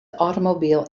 automobile